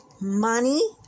money